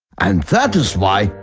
and that is why,